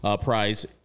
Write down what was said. prize